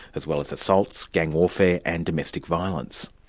as well as assaults, gang warfare and domestic violence.